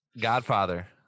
Godfather